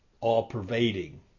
all-pervading